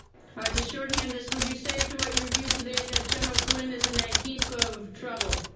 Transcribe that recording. to shorthand this, would you say after what you reviewed today that general flynn is in a heap of trouble?